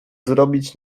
zrobić